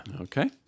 Okay